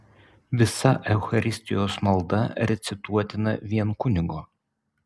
visa eucharistijos malda recituotina vien kunigo